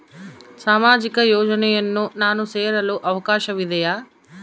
ಸಾಮಾಜಿಕ ಯೋಜನೆಯನ್ನು ನಾನು ಸೇರಲು ಅವಕಾಶವಿದೆಯಾ?